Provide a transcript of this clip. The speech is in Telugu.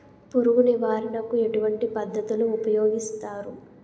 పురుగు నివారణ కు ఎటువంటి పద్ధతులు ఊపయోగిస్తారు?